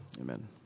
Amen